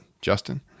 Justin